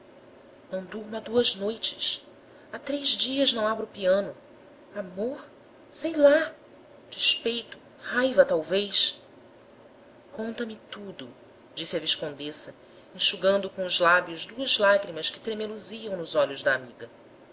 durmo há duas noites há três dias não abro o piano amor sei lá despeito raiva talvez conta-me tudo disse a viscondessa enxugando com os lábios duas lágrimas que tremeluziam nos olhos da amiga